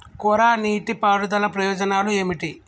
కోరా నీటి పారుదల ప్రయోజనాలు ఏమిటి?